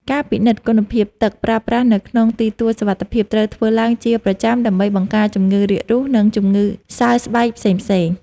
ការពិនិត្យគុណភាពទឹកប្រើប្រាស់នៅក្នុងទីទួលសុវត្ថិភាពត្រូវធ្វើឡើងជាប្រចាំដើម្បីបង្ការជំងឺរាករូស និងជំងឺសើស្បែកផ្សេងៗ។